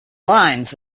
lines